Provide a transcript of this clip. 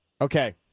Okay